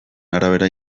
arabera